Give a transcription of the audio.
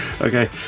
Okay